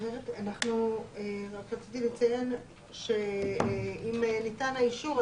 אני רק רציתי לציין שאם ניתן האישור,